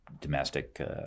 domestic